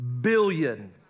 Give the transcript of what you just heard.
billion